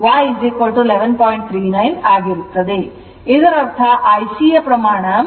ಇದರರ್ಥ IC ಯ ಪ್ರಮಾಣ 11